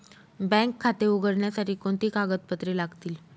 Bank खाते उघडण्यासाठी कोणती कागदपत्रे लागतील?